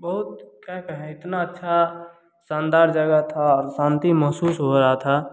बहुत क्या कहें इतना अच्छा शानदार जगह था शांति महसूस हो रहा था